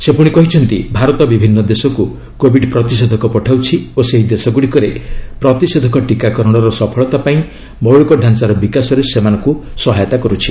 ସେ ପୁଣି କହିଛନ୍ତି ଭାରତ ବିଭିନ୍ନ ଦେଶକୁ କୋବିଡ୍ ପ୍ରତିଷେଧକ ପଠାଉଛି ଓ ସେହି ଦେଶଗୁଡ଼ିକରେ ପ୍ରତିଷେଧକ ଟିକାକରଣର ସଫଳତା ପାଇଁ ମୌଳିକଢାଞ୍ଚାର ବିକାଶରେ ସେମାନଙ୍କୁ ସହାୟତା କରୂଛି